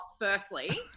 firstly